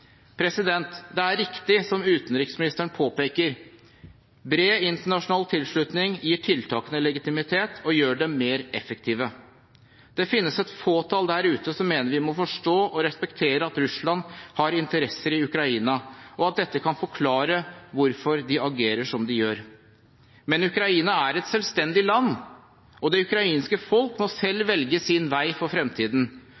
Det er riktig, som utenriksministeren påpeker: Bred internasjonal tilslutning gir tiltakene legitimitet og gjør dem mer effektive. Det finnes et fåtall der ute som mener vi må forstå og respektere at Russland har interesser i Ukraina, og at dette kan forklare hvorfor de agerer som de gjør. Men Ukraina er et selvstendig land, og det ukrainske folk må selv velge sin vei for fremtiden.